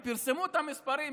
הם פרסמו את המספרים,